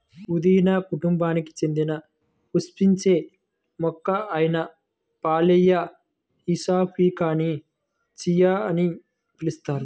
పుదీనా కుటుంబానికి చెందిన పుష్పించే మొక్క అయిన సాల్వియా హిస్పానికాని చియా అని పిలుస్తారు